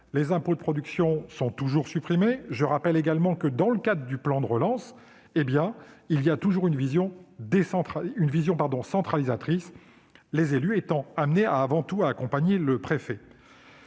les impôts de production sont toujours supprimés. Je rappelle encore que le plan de relance procède d'une vision centralisatrice, les élus étant amenés avant tout à accompagner le préfet.